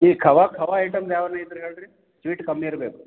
ಈ ಖವ ಖವ ಐಟಮ್ ಯಾವಾನ ಇದ್ರೆ ಹೇಳಿ ರೀ ಸ್ವೀಟ್ ಕಮ್ಮಿ ಇರಬೇಕು